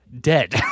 dead